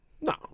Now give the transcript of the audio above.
No